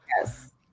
Yes